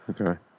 Okay